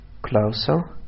Closer